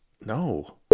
No